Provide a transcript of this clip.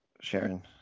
Sharon